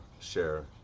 share